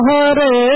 Hare